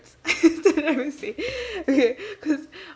they never say okay because